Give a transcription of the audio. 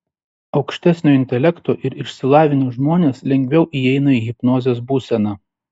aukštesnio intelekto ir išsilavinę žmonės lengviau įeina į hipnozės būseną